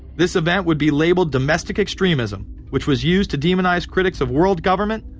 this event would be labeled domestic extremism, which was used to demonize critics of world government,